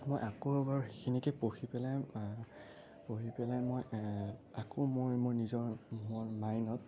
মই আকৌ এবাৰ সেইখিনিকে পঢ়ি পেলাই পঢ়ি পেলাই মই আকৌ মই মোৰ নিজৰ মোৰ মাইণ্ডত